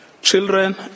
children